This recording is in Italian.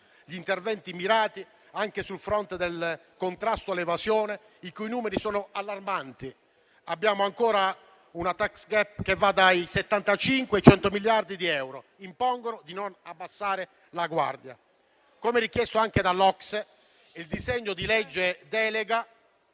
con interventi mirati anche sul fronte del contrasto all'evasione i cui numeri sono allarmanti. Abbiamo ancora una *tax gap* che va dai 75 ai 100 miliardi di euro, che impongono di non abbassare la guardia. Come richiesto anche dall'OCSE, il disegno di legge delega